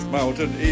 Mountain